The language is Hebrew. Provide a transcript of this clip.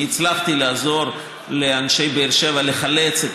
אני הצלחתי לעזור לאנשי באר שבע לחלץ את